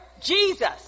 Jesus